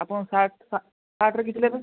ଆପଣ shirt shirt ରେ କିଛି ନେବେ